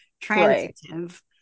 Transitive